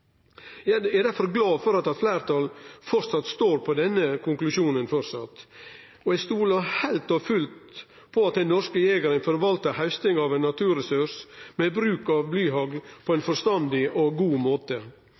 glad for at eit fleirtal framleis står på denne konklusjonen. Eg stoler heilt og fullt på at den norske jegeren forvaltar haustinga av ein naturressurs med bruk av blyhagl på ein forstandig og god måte.